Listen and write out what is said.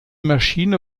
maschine